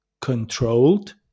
controlled